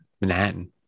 Manhattan